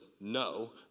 no